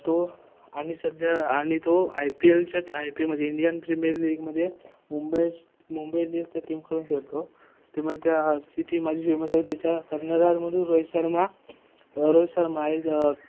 तो आणि सध्या आणि तो आय पी एलच्या आय पी एल म्हणजे इंडियन प्रीमियर लीगमध्ये मुंबई मुंबई इंडियन्सच्या टीमकडून खेळतो त्यामुळे त्या ती टीम माझी फेमस आहे त्याच्या कर्णधार म्हणून रोहित शर्मा रोहित शर्मा आहे